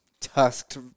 Tusked